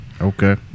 Okay